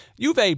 Juve